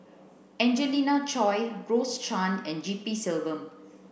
Angelina Choy Rose Chan and G P Selvam